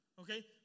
okay